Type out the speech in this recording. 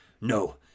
No